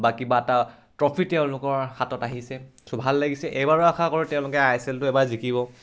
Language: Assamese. বা কিবা এটা ট্ৰফি তেওঁলোকৰ হাতত আহিছে চ' ভাল লাগিছে এইবাৰো আশা কৰোঁ তেওঁলোকে আই এছ এলটো এইবাৰ জিকিব